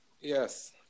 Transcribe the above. yes